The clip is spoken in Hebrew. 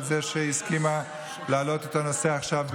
על זה שהיא הסכימה להעלות את הנושא עכשיו,